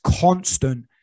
constant